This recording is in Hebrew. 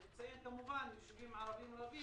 אני מציין יישובים ערבים רבים,